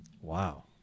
Wow